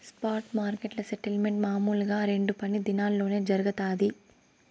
spot మార్కెట్ల settlement మామూలుగా రెండు పని దినాల్లోనే జరగతాది